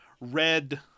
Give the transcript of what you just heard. red